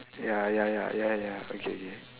ya ya ya ya ya okay